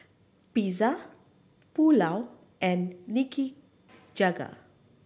Pizza Pulao and Nikujaga